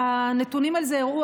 והנתונים על זה הראו,